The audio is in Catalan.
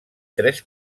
tres